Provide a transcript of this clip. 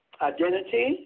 identity